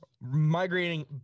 migrating